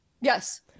Yes